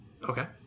Okay